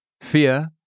fear